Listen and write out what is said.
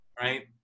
right